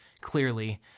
Clearly